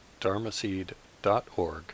dharmaseed.org